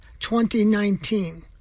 2019